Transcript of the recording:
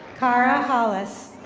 kara hollis.